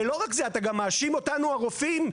ואתה גם מאשים אותנו הרופאים,